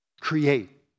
create